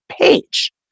page